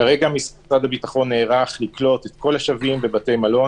כרגע משרד הביטחון נערך לקלוט את כל השבים בבתי מלון.